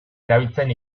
erabiltzen